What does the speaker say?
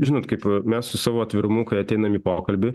žinot kaip mes su savo atvirumu kai ateinam į pokalbį